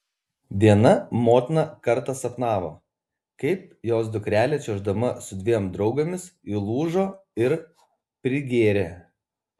viena motina kartą sapnavo kaip jos dukrelė čiuoždama su dviem draugėmis įlūžo ir prigėrė